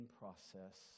process